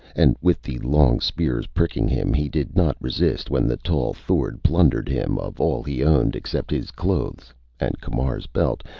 and with the long spears pricking him, he did not resist when the tall thord plundered him of all he owned except his clothes and camar's belt,